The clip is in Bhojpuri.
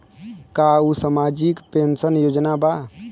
का उ सामाजिक पेंशन योजना बा?